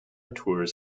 tours